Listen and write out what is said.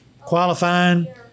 qualifying